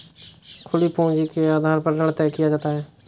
खुली पूंजी के आधार पर ऋण तय किया जाता है